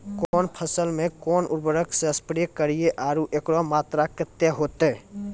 कौन फसल मे कोन उर्वरक से स्प्रे करिये आरु एकरो मात्रा कत्ते होते?